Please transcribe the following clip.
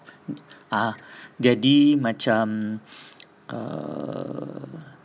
ah jadi macam err